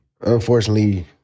Unfortunately